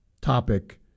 topic